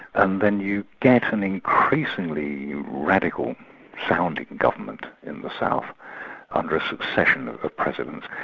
and then you get an increasingly radical sounding government in the south under a succession of presidents,